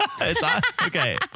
okay